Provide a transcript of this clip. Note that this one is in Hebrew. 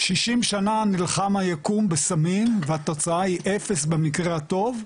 שישים שנה נלחם הייקום בסמים והתוצאה היא אפס במקרה הטוב,